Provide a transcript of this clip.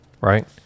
Right